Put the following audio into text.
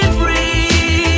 free